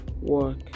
work